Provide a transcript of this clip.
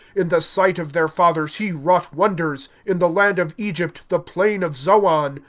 in the sight of their fathers he wrought wonders, in the land of egypt, the plain of zoan.